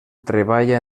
treballa